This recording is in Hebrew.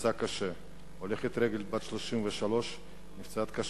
נפצע קשה, הולכת רגל בת 33 נפצעה קשה,